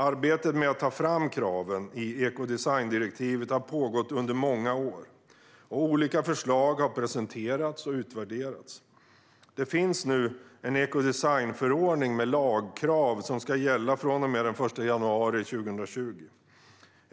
Arbetet med att ta fram kraven i ekodesigndirektivet har pågått under många år, och olika förslag har presenterats och utvärderats. Det finns nu en ekodesignförordning med lagkrav som ska gälla från och med den 1 januari 2020.